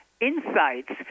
insights